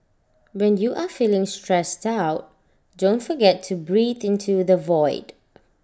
when you are feeling stressed out don't forget to breathe into the void